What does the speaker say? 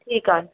ठीकु आहे